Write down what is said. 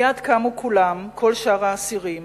מייד קמו כולם, כל שאר האסירים,